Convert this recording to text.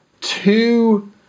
two